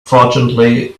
fortunately